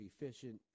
efficient